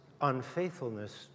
unfaithfulness